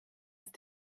ist